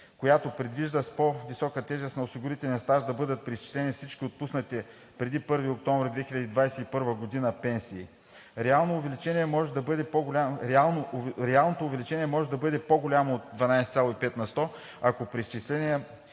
която предвижда с по-високата тежест на осигурителния стаж да бъдат преизчислени всички отпуснати преди 1 октомври 2021 г. пенсии. Реалното увеличение може да бъде по-голямо от 12,5 на сто, ако преизчисленият